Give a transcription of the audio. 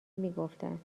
میگفتند